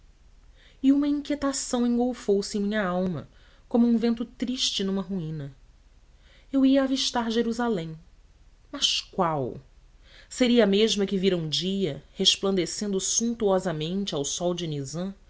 e uma inquietação engolfou se em minha alma como um vento triste numa ruína eu ia avistar jerusalém mas qual seria a mesma que vira um dia resplandecendo suntuosamente ao sol de nizam